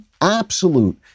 absolute